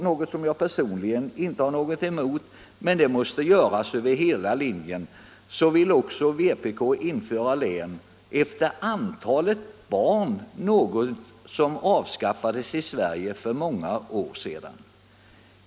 Detta har jag personligen inte något emot, men det måste göras över hela linjen. Vpk vill också införa lön efter antalet barn — något som avskaffades i Sverige för många år sedan.